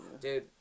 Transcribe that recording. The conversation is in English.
dude